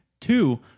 Two